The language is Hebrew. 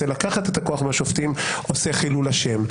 לקחת את הכוח מהשופטים עושה חילול השם.